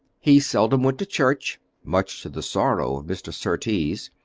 he seldom went to church, much to the sorrow of mr. surtees,